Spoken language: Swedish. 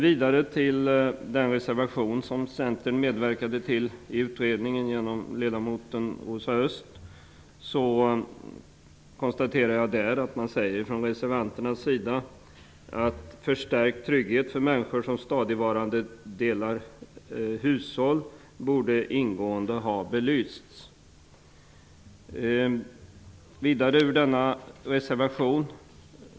I den reservation som Centern medverkade till i utredningen genom sin ledamot Rosa Östh sägs det att förstärkt trygghet för människor som stadigvarande delar hushåll ingående borde ha belysts av utredningen.